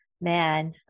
man